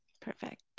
Perfect